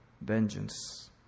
vengeance